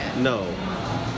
No